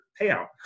payout